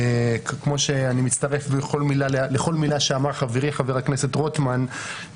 כמו שאני מצטרף לכל מילה שאמר חברי חבר הכנסת רוטמן,